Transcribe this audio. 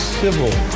civil